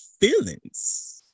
feelings